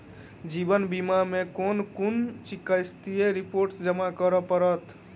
जीवन बीमा मे केँ कुन चिकित्सीय रिपोर्टस जमा करै पड़त?